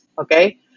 okay